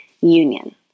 union